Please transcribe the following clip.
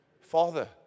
Father